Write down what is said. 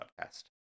podcast